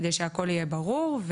כדי שהכל יהיה ברור.